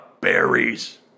berries